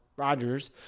Rodgers